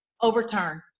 overturn